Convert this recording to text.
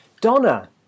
Donna